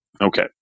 Okay